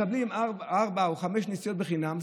היינו מקבלים ארבע או חמש נסיעות חינם.